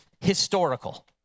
historical